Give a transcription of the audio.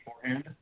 beforehand